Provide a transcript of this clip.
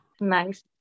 Nice